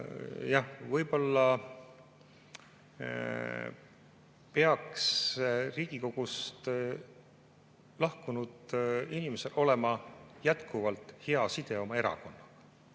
võib-olla peaks Riigikogust lahkunud inimesel olema jätkuvalt hea side oma erakonnaga.